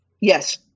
Yes